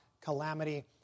calamity